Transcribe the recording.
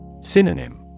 Synonym